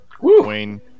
Wayne